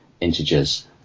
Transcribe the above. Integers